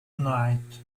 night